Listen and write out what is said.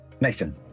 Nathan